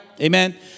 Amen